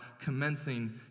commencing